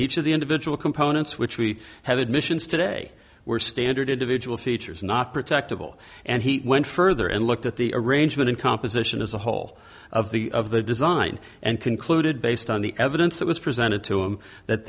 each of the individual components which we have admissions today were standard individual features not protectable and he went further and looked at the arrangement in composition as a whole of the of the design and concluded based on the evidence that was presented to him that